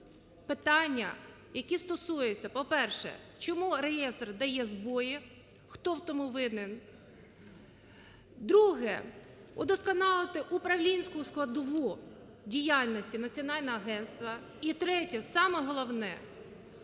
питання, які стосуються, по-перше, чому реєстр дає збої, хто в тому винен? Друге, удосконалити управлінську складову діяльності національного агентства. І третє, саме головне,